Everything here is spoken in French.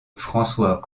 françois